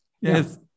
Yes